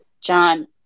John